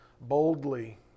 boldly